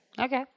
Okay